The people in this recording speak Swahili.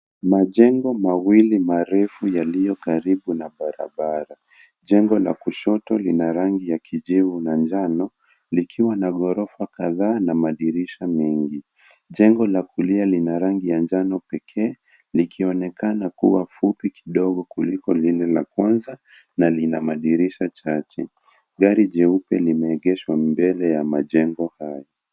Majengo mawili marefu yaliyokaribu na barabara. Jengo la kushoto lina rangi ya kijivu na njano likiwa na ghorofa kadhaa na madirisha mengi. Jengo la kulia lina rangi ya njano pekee likionekana kuwa fupi kidogo kuliko lile la kwanza na lina madirisha chache. Gari jeupe limeegeshwa mbele ya majengo hayo.